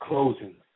closing